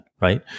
Right